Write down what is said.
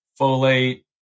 folate